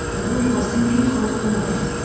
and all were simply called hornet.